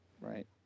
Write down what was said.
Right